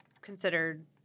considered